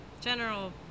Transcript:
general